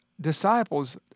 disciples